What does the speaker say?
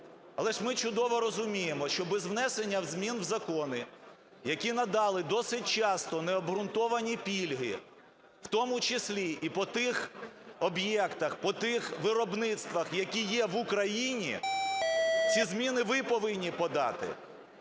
Але ж ми чудово розуміємо, що без внесення змін в закони, які надали досить часто необґрунтовані пільги, в тому числі і по тих об'єктах, по тих виробництвах, які є в Україні, ці зміни ви повинні подати.